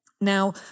Now